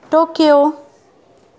Tokyo